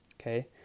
okay